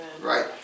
right